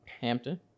hampton